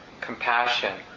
compassion